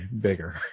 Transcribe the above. bigger